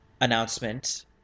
announcement